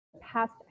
past